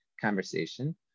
conversation